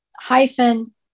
hyphen